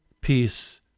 peace